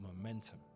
momentum